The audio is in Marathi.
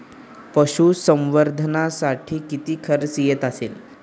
पशुसंवर्धनासाठी किती खर्च येत असेल?